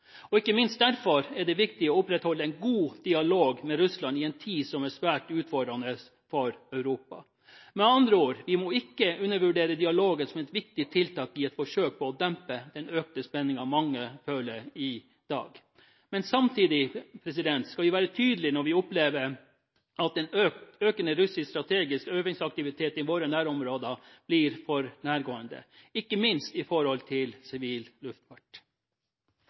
Ikke minst derfor er det viktig å opprettholde en god dialog med Russland i en tid som er svært utfordrende for Europa. Med andre ord: Vi må ikke undervurdere dialogen som et viktig tiltak i et forsøk på å dempe den økte spenningen mange føler i dag. Men samtidig skal vi være tydelige når vi opplever at en økende russisk strategisk øvingsaktivitet i våre nærområder blir for nærgående – ikke minst med hensyn til sivil luftfart.